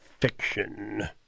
fiction